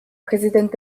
präsident